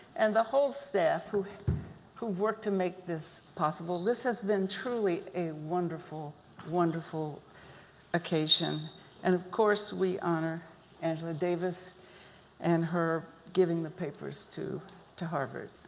and the whole staff who who worked to make this possible. this has been truly a wonderful wonderful occasion. and of course, we honor angela davis and her giving the papers to to harvard.